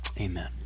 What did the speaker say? amen